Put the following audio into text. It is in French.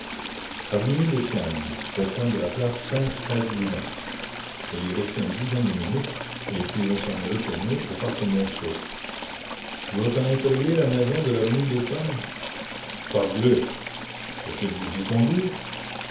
avenue des ternes au coin de la place saint ferdinand elle y est restée une dizaine de minutes et puis on s'en est retourné au parc monceau vous reconnaîtriez la maison de l'avenue des ternes parbleu faut-il vous y conduire